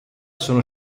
sono